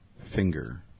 Finger